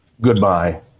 Goodbye